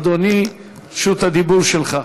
אדוני, רשות הדיבור שלך.